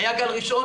היה גל ראשון,